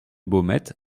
baumettes